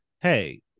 hey